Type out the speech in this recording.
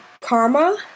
karma